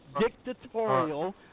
dictatorial